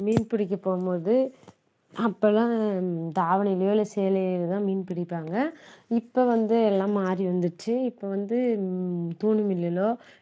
மீன் பிடிக்க போகும் போது அப்போல்லாம் தாவணிலையோ இல்லை சேலைலேயோ தான் மீன் பிடிப்பாங்க இப்போ வந்து எல்லாம் மாறி வந்துருச்சு இப்போ வந்து தூண்டி முள்ளிலோ